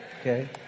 okay